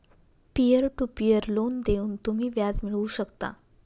peer to peer loan देऊन तुम्ही व्याज मिळवू शकता